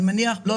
לא,